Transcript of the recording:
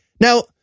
Now